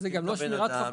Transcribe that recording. מפשיטים את הבן אדם,